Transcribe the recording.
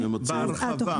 בהרחבה.